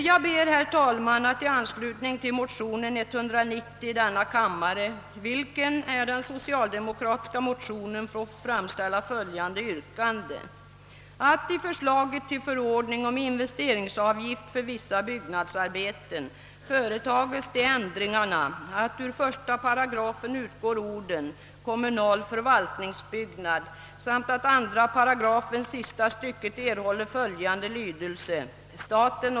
Jag ber, herr talman, att i anslutning till motion 190 i denna kammare, vilken är den socialdemokratiska motionen, få framställa yrkandet att i förslaget till förordning om investeringsavgift för vissa byggnadsarbeten. företas de ändringarna att ur 18 utgår orden »kommunalförvaltningsbyggnad» samt att 2 8 sista stycket erhåller följande lydelse: »Staten.